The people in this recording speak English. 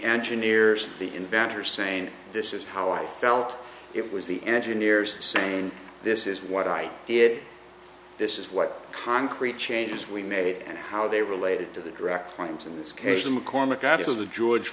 engineers the inventor saying this is how i felt it was the engineers saying this is what i did this is what concrete changes we made and how they related to the direct claims in this case the mccormack out of the